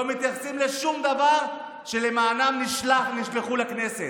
לא מתייחסים לשום דבר שלמענו הם נשלחו לכנסת?